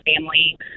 family